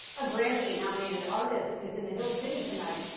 a grammy-nominated artist is in the hill city tonight.